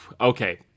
okay